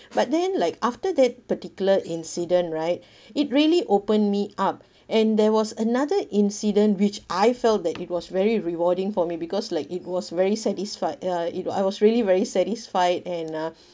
but then like after that particular incident right it really opened me up and there was another incident which I felt that it was very rewarding for me because like it was very satisfied ya it I was really very satisfied and uh